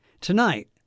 Tonight